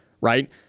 right